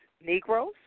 Negroes